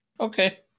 Okay